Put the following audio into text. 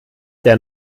der